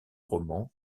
roman